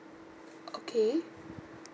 okay